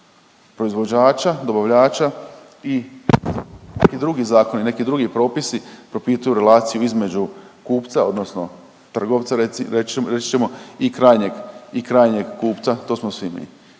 …/Govornik se ne čuje./… Neki drugi zakoni, neki drugi propisi propituju relaciju između kupca odnosno trgovca reći ćemo i krajnjeg i krajnjeg kupca to smo svi mi.